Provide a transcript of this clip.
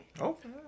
okay